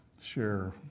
share